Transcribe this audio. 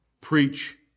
preach